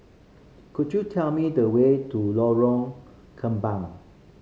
could you tell me the way to Lorong Kembang